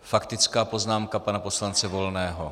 Faktická poznámka pana poslance Volného.